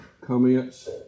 comments